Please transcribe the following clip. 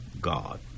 God